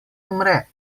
umre